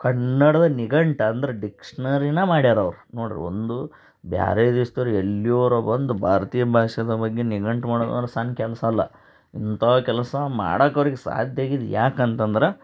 ಕನ್ನಡದ ನಿಘಂಟು ಅಂದ್ರೆ ಡಿಕ್ಷ್ನರಿನ ಮಾಡ್ಯಾರೆ ಅವರು ನೋಡಿರಿ ಒಂದು ಬೇರೆ ದೇಶ್ದೋರು ಎಲ್ಲಿಯೋರೋ ಬಂದು ಭಾರತೀಯ ಭಾಷೆಯ ಬಗ್ಗೆ ನಿಘಂಟು ಮಾಡೋದಂದ್ರೆ ಸಣ್ಣ ಕೆಲ್ಸ ಅಲ್ಲ ಇಂಥ ಕೆಲಸ ಮಾಡಕ್ಕೆ ಅವ್ರಿಗೆ ಸಾಧ್ಯ ಆಗಿದ್ದು ಯಾಕೆ ಅಂತಂದ್ರೆ